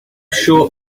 short